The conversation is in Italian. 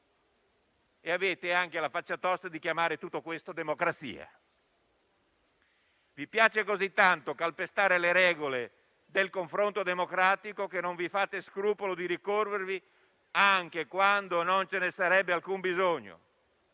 E avete anche la faccia tosta di chiamare tutto questo democrazia! Vi piace così tanto calpestare le regole del confronto democratico, che non vi fate scrupolo di ricorrere alla fiducia anche quando non ce ne sarebbe alcun bisogno,